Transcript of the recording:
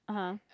(uh huh)